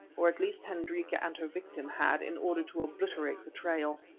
or at least hendrika and her victim had, in order to obliterate the trail.